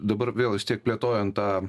dabar vėl vis tiek plėtojan tą